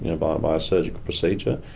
you know by and by a surgical procedure.